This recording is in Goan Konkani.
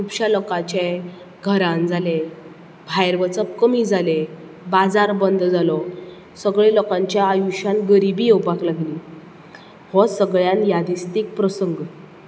खुबश्या लोकाचे घरांत जाले भायर वचप कमी जालें बाजार बंद जालो सगल्या लोकांच्या आयुश्यान गरिबी येवपा लागली हो सगल्यान यादिस्तीक प्रसंग